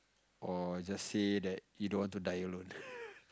or just say that you don't want to die alone